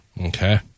Okay